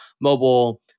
mobile